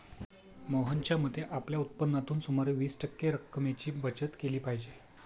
मोहनच्या मते, आपल्या उत्पन्नातून सुमारे वीस टक्के रक्कमेची बचत केली पाहिजे